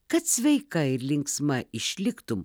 kad sveika ir linksma išliktum